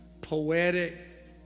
poetic